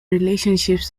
relationships